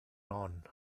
non